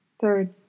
Third